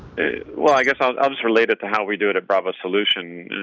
well i guess i'll relate it to how we do it at bravo solutions.